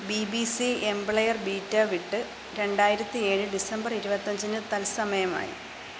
B B C M player beta വിട്ട് രണ്ടായിരത്തി ഏഴ് ഡിസംബർ ഇരുപത്തഞ്ചിന് തത്സമയമായി